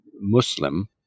Muslim